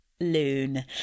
loon